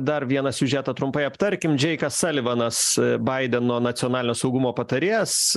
dar vieną siužetą trumpai aptarkim džeikas salivanas baideno nacionalinio saugumo patarėjas